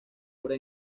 obra